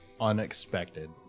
Unexpected